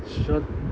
sure